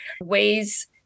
ways